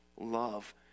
love